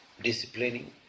Disciplining